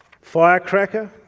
firecracker